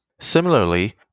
Similarly